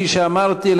כפי שאמרתי,